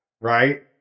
right